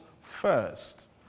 first